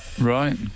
right